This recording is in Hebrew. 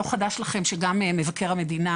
לא חדש לכם שגם מבקר המדינה,